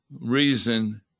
Reason